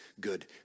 good